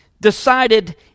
decided